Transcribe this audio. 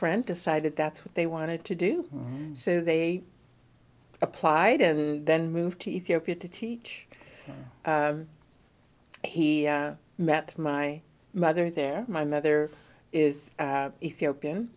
friend decided that's what they wanted to do so they applied and then moved to ethiopia to teach he met my mother there my mother is ethiopian